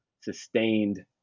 sustained